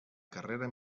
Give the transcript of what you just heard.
carrera